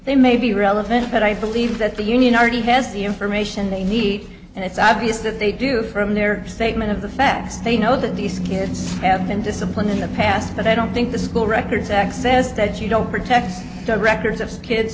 they may be relevant but i believe that the union r d has the information they need and it's obvious that they do from their statement of the facts they know that these kids have been disciplined in the past but i don't think the school records act says that you don't protect the records of kids